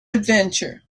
adventure